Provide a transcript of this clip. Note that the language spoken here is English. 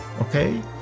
okay